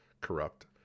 corrupt